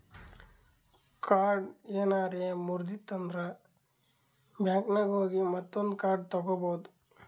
card ಏನಾರೆ ಮುರ್ದಿತ್ತಂದ್ರ ಬ್ಯಾಂಕಿನಾಗ್ ಹೋಗಿ ಮತ್ತೊಂದು ಕಾರ್ಡ್ ತಗೋಬೋದ್